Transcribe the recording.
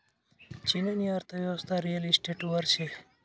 चीननी अर्थयेवस्था रिअल इशटेटवर शे